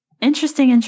interesting